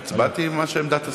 הצבעתי מה שעמדת הסיעה.